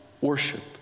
Worship